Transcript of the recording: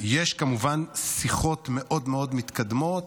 שיש כמובן שיחות מאוד מאוד מתקדמות,